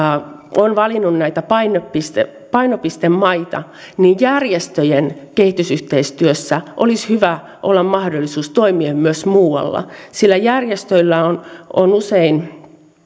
on valinnut näitä painopistemaita niin järjestöjen kehitysyhteistyössä olisi hyvä olla mahdollisuus toimia myös muualla sillä järjestöillä on on usein